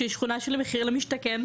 שזו שכונה של מחיר למשתכן.